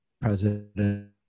president